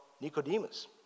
Nicodemus